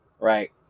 Right